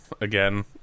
again